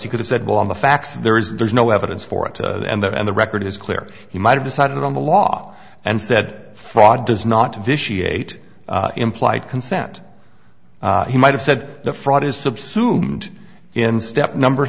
you could have said well on the facts there is and there's no evidence for it and then and the record is clear he might have decided on the law and said fraud does not vitiate implied consent he might have said the fraud is subsumed in step number